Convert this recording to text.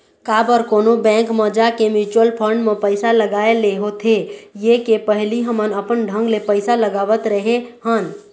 काबर कोनो बेंक म जाके म्युचुअल फंड म पइसा लगाय ले होथे ये के पहिली हमन अपन ढंग ले पइसा लगावत रेहे हन